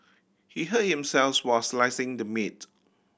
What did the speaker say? he hurt himself while slicing the meat